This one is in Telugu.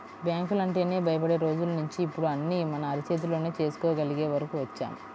బ్యాంకులంటేనే భయపడే రోజుల్నించి ఇప్పుడు అన్నీ మన అరచేతిలోనే చేసుకోగలిగే వరకు వచ్చాం